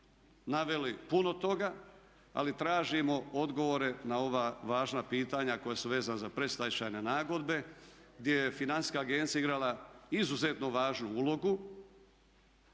naveli puno toga. Ali tražimo odgovore na ova važna pitanja koja su vezana za predstečajne nagodbe gdje je Financijska agencija igrala izuzetno važnu ulogu